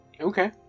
Okay